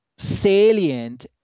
salient